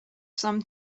some